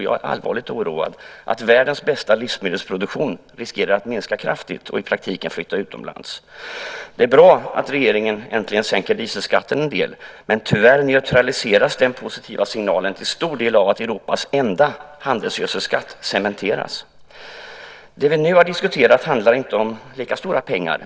Jag är allvarligt oroad att världens bästa livsmedelsproduktion riskerar att minska kraftigt och i praktiken flytta utomlands. Det är bra att regeringen äntligen sänker dieselskatten en del. Men tyvärr neutraliseras den positiva signalen till stor del av att Europas enda handelsgödselskatt cementeras. Det vi nu har diskuterat handlar inte om lika stora pengar.